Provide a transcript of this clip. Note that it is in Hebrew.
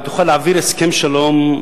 ותוכל להעביר הסכם שלום,